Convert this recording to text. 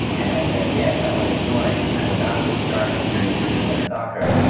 and i said yes, i want to join. i'm about to start my senior season of soccer,